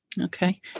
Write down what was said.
Okay